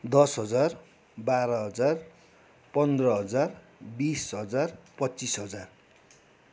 दस हजार बाह्र हजार पन्ध्र हजार बिस हजार पच्चिस हजार